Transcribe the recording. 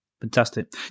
Fantastic